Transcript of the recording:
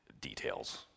details